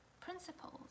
principles